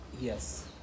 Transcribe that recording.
Yes